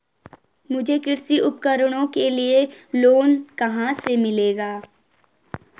मुझे कृषि उपकरणों के लिए लोन कहाँ से मिलेगा?